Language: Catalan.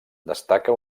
destaca